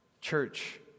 Church